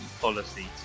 policy